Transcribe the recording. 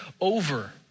over